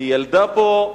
היא ילדה פה,